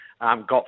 got